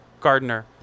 Gardner